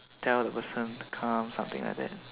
tell the person to come something like that